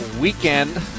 weekend